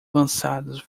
lançados